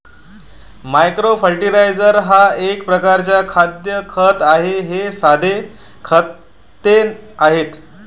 micro fertiliser हा एक प्रकारचा खाद्य खत आहे हे साधे खते आहेत